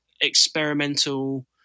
experimental